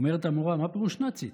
אומרת המורה: מה פירוש נאצית?